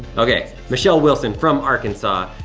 okay, michelle wilson from arkansas.